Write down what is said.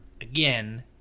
again